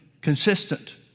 consistent